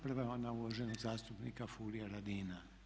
Prva je ona uvaženog zastupnika Furia Radina.